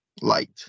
light